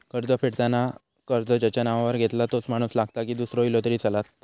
कर्ज फेडताना कर्ज ज्याच्या नावावर घेतला तोच माणूस लागता की दूसरो इलो तरी चलात?